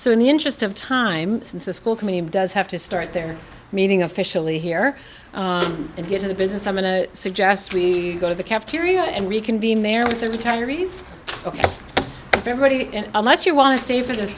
so in the interest of time since the school committee does have to start their meeting officially here and get to the business i'm going to suggest we go to the cafeteria and reconvene there with the retirees ok everybody and unless you want to stay for the